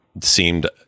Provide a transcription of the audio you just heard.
seemed